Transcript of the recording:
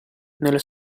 nella